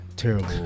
terrible